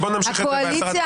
הקואליציה,